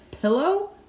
pillow